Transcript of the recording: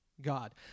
God